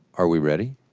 are we ready?